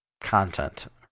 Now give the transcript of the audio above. content